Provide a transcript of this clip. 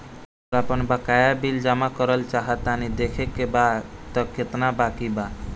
हमरा आपन बाकया बिल जमा करल चाह तनि देखऽ के बा ताई केतना बाकि बा?